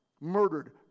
murdered